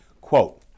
Quote